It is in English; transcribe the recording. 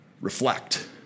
Reflect